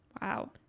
Wow